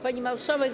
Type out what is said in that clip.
Pani Marszałek!